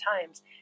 times